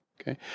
Okay